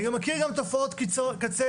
אני מכיר גם תופעות קצה,